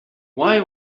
why